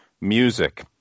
music